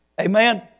Amen